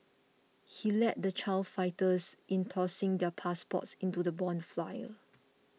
he led the child fighters in tossing their passports into the bonfire